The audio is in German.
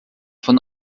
von